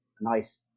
nice